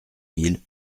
mille